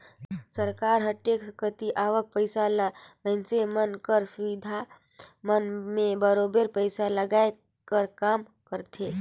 सरकार हर टेक्स कती आवक पइसा ल मइनसे मन कर सुबिधा मन में बरोबेर पइसा लगाए कर काम करथे